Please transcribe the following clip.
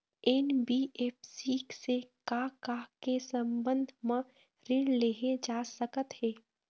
NBFC से का का के संबंध म ऋण लेहे जा सकत हे?